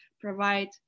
provide